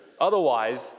Otherwise